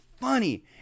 funny